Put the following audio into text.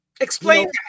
Explain